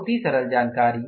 बहुत ही सरल जानकारी